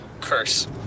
curse